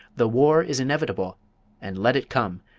the war is inevitable and let it come!